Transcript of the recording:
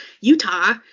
Utah